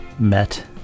met